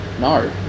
No